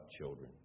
children